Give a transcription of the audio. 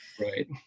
Right